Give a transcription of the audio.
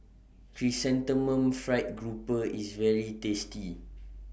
Chrysanthemum Fried Grouper IS very tasty